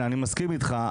אני מסכים אתך,